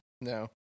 No